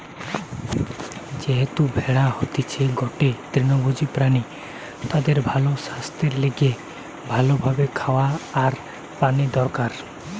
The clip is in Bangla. যেহেতু ভেড়া হতিছে গটে তৃণভোজী প্রাণী তাদের ভালো সাস্থের লিগে ভালো ভাবে খাওয়া আর পানি দরকার